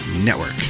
Network